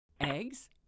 eggs